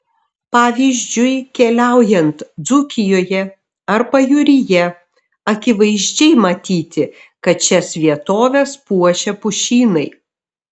pavyzdžiui keliaujant dzūkijoje ar pajūryje akivaizdžiai matyti kad šias vietoves puošia pušynai